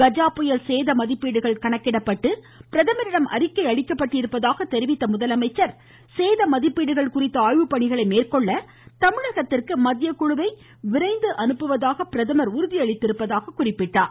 கஜா புயல் சேதமதிப்பீடுகள் கணக்கிடக்கப்பட்டு பிரதமரிடம் அறிக்கை அளிக்கப்பட்டிருப்பதாக தெரிவித்த முதலமைச்சர் சேதமதிப்பீடுகள் குறித்த ஆய்வு பணிகளை மேற்கொள்ள தமிழகத்திற்கு மத்திய குழுவை விரைந்து அனுப்புவதாக பிரதமர் உறுதியளித்துள்ளதாக தெரிவித்தார்